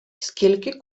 скільки